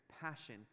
passion